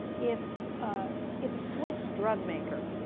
if ah if a swiss drug maker